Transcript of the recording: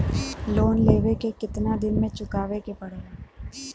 Loan लेवे के कितना दिन मे चुकावे के पड़ेला?